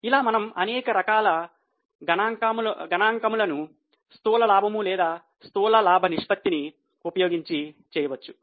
ఇలా మనము అనేక రకాల గణాంకాలను స్థూల లాభం లేదా స్థూల లాభ నిష్పత్తిని ఉపయోగించి చేయవచ్చు